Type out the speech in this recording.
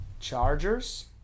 Chargers